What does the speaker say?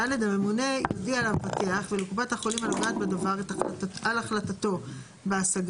(ד) הממונה יודיע למבטח ולקופת החולים הנוגעת בדבר על החלטתו בהשגה